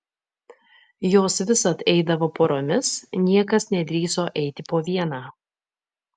jos visad eidavo poromis niekas nedrįso eiti po vieną